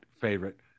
favorite